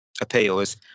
appeals